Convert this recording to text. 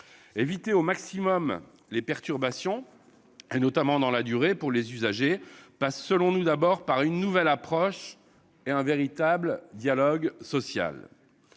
Éviter au maximum les perturbations, notamment dans la durée, pour les usagers passe selon nous, tout d'abord, par une nouvelle approche et un véritable dialogue social.